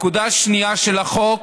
נקודה שנייה של החוק